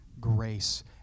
grace